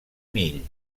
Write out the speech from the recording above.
mill